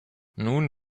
nun